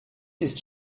ist